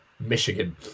Michigan